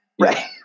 right